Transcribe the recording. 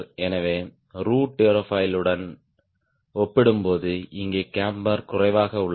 எனவே ரூட் ஏரோஃபாயிலுடன் ஒப்பிடும்போது இங்கே கேம்பர் குறைவாக உள்ளது